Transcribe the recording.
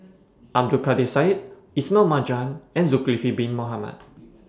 Abdul Kadir Syed Ismail Marjan and Zulkifli Bin Mohamed